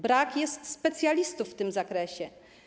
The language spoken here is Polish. Brak jest specjalistów w tym zakresie.